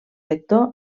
lector